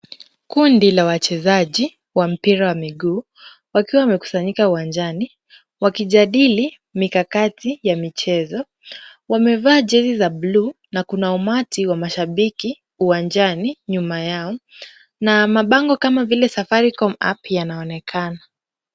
Kundi la wachezaji wa mpira wa miguu, wakiwa wamekusanyika uwanjani wakijadili mikakati ya michezo. Wamevaa jezi za buluu na kuna umati wa mashabiki uwanjani nyuma yao na mabango kama vile Safaricom App yanaonekana.